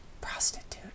prostitute